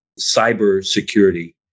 cybersecurity